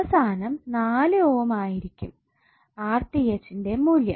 അവസാനം 4 ഓം ആയിരിക്കും ന്റെ മൂല്യം